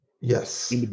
Yes